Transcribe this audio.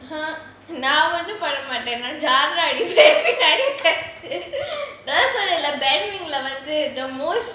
!huh! நான் ஒன்னும் பண்ண மாட்டேன் நான்:naan onnnum panna maataen jolly ah எடுப்பேன் அதான் சொன்னேன்ல:edupaen athan sonnaen the most